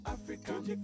African